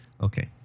Okay